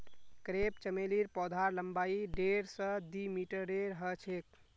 crepe चमेलीर पौधार लम्बाई डेढ़ स दी मीटरेर ह छेक